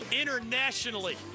internationally